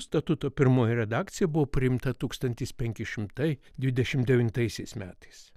statuto pirmoji redakcija buvo priimta tūkstantis penki šimtai dvidešimt devintaisiais metais